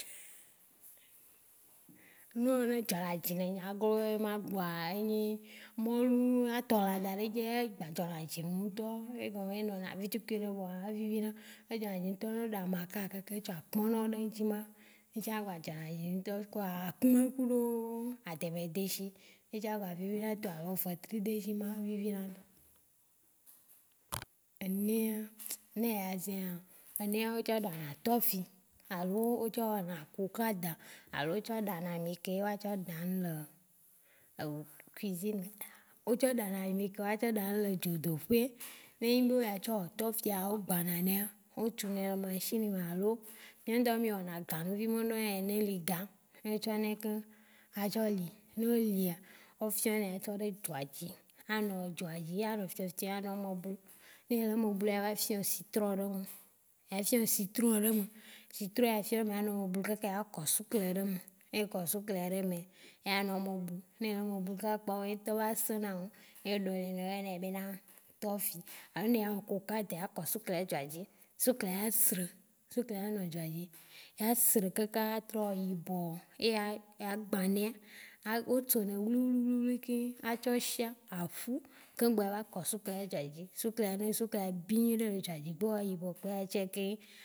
Nu wo ne dzɔna dzi na nya glo ema kpɔa enyi mɔlu nua tɔ lã daɖe edzi egba dzɔna dzi ŋtɔa egɔme be enɔna vi tsukui ɖe kpɔa evivi na. Nye ŋtɔ ne eɖa maka kake tsɔ akpɔno ɖe eŋtsi ma, egba dzɔna dzi nam. Eŋtɔ ku akumɛ kuɖo adɛmɛ deshi etsã gba vivi na tɔ alo fetri deshi, etsã gba vivi ma vivi na ŋtɔ. Enɛa, ne eya zẽa enɛa o tsɔ ɖana tɔfi alo o tsɔ wɔna kokaɖa alo o tsɔ ɖana ami ke wa tsɔ ɖa nu le cuisine o tsɔ ɖa ami ke wa tsɔ ɖa nu le dzo doƒe, ne enyi be o dza wɔ tofia, o gbana nɛa, o tsunɛ machine me alo Mía ŋtɔ mí wɔnɛ ganu vi ma nɔ yɔnɛ be li gã na tsɔnɛ ke a tsɔ li, no olia, o tsɔ nɛ tsɔ do dzoa dzi, a nɔ dzoa dzi a nɔ fiɔfiɔ a nɔ eme bu, ne ele eme bua ya va fiɔ citron le me. Citron ya fiɔ me a nɔ bu kaka ya kɔ sukle ɖe me. Ne ekɔ suklea ɖe mea, eya nɔ eme bu, ne ele eme bua kaka kpɔa eŋtɔ va sena ŋu. Ye eɖɔe eyɔnɛ b na tɔfi. Alo nɛ eya wɔ koŋkata ya kɔ sukle ɖe dzoa dzi. Suklea ya sre, suklea ya nɔ dzoa dzi ya sre kaka ya wɔ yibɔ. Eya gbã nɛa, a- o tso nɛ wliwliwliwli ke a tsɔ shiã, a ƒu keŋ gbɔ eya va kɔ suklea ɖe dzoa dzi. Suklea, ne suklea bi nyuiɖe le dzo dzi gbe wɔ yibɔ kpɔa eya tsake.